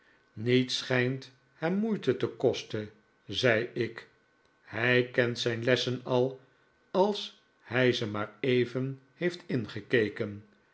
niets schijnt hem moeite te kosten zei ik hij kent zijn lessen al als hij ze maar even heeft ingekeken